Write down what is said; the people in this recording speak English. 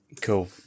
Cool